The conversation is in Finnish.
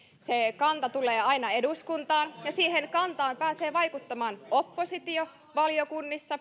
se kanta tulee aina eduskuntaan ja siihen kantaan pääsee oppositio vaikuttamaan valiokunnissa